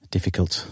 Difficult